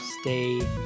stay